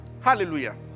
Hallelujah